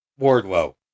Wardlow